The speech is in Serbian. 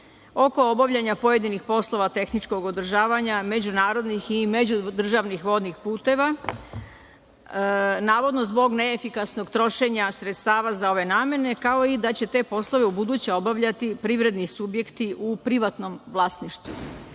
oko obavljanja pojedinih poslova tehničkog održavanja međunarodnih i međudržavnih vodnih puteva, navodno zbog neefikasnog trošenja sredstava za ove namene, kao i da će te poslove ubuduće obavljati privredni subjekti u privatnom vlasništvu.U